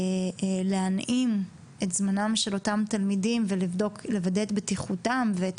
להנעים את זמנם שלאותם תלמידים ולוודא את בטיחותם ואת